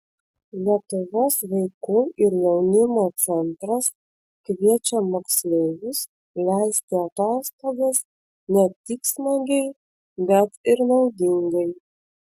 lietuvos vaikų ir jaunimo centras kviečia moksleivius leisti atostogas ne tik smagiai bet ir naudingai